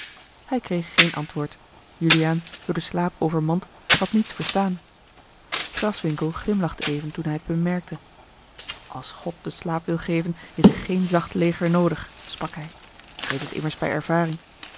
hij kreeg geen antwoord juliaan door den slaap overmand had niets verstaan graswinckel glimlachte even toen hij het bemerkte als god den slaap wil geven is er geen zacht leger noodig sprak hij ik weet het immers bij ervaring